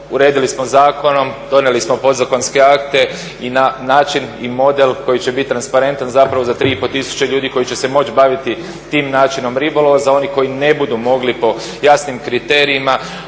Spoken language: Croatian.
Uredili smo zakonom, donijeli smo podzakonske akte i način i model koji će biti transparentan zapravo za 3,5 tisuće ljudi koji će se moći baviti tim načinom ribolova. Za one koji ne budu mogli po jasnim kriterijima